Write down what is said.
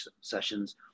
sessions